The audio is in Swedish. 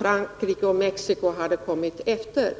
Frankrike och Mexico hade t.o.m. kommit efter.